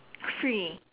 free